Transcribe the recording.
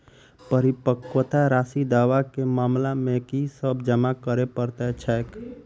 परिपक्वता राशि दावा केँ मामला मे की सब जमा करै पड़तै छैक?